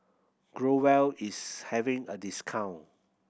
Growell is having a discount